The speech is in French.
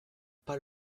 pas